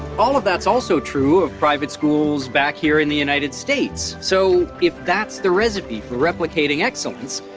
all of that's also true of private schools back here in the united states. so, if that's the recipe for replicating excellence,